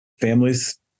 families